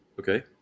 Okay